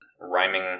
rhyming